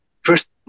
first